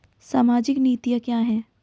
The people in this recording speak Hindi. सामाजिक नीतियाँ क्या हैं?